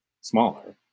smaller